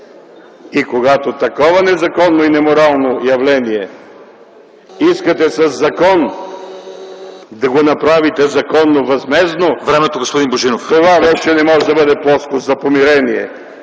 И когато такова незаконно и неморално явление искате със закон да го направите законно възмездно, това вече не може да бъде плоскост за помирение.